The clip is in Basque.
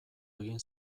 egin